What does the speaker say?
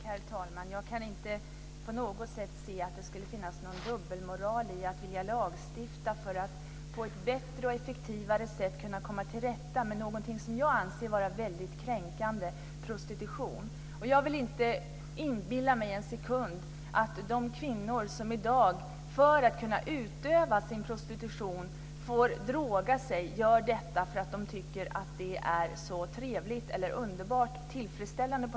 Herr talman! Jag kan inte se att det skulle finnas någon dubbelmoral i att vilja lagstifta för att på ett bättre och effektivare sätt komma till rätta med något mycket kränkande, prostitution. Jag inbillar mig inte en sekund att de kvinnor som får droga sig för att kunna utöva prostitution gör det för att de tycker att det är trevligt eller underbart tillfredsställande.